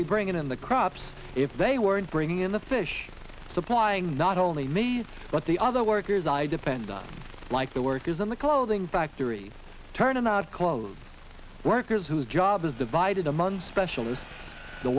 be bringin in the crops if they weren't bringing in the fish supplying not only me but the other workers i depend on like the workers in the clothing factory turning out clothes workers whose job is divided among specialists the